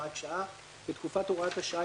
הוראת שעה 2. בתקופת הוראת השעה,